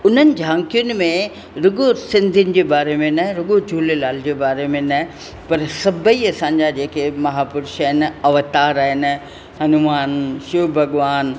उन्हनि झांकियुनि में रुॻो सिंधियुनि जे बारे में न रुॻो झूलेलाल जे बारे में न पर सभई असांजा जेके महापुरुष आहिनि अवतार आहिनि हनूमान शिव भॻिवानु